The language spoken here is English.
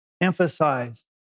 emphasize